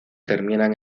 terminan